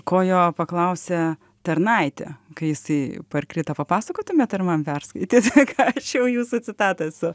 ko jo paklausė tarnaitė kai jisai parkrito papasakotumėt ar man perskaityt ką aš jau jūsų jūsų citatą esu